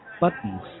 buttons